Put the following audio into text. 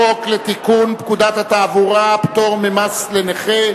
60 בעד, אין מתנגדים, אין נמנעים.